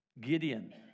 Gideon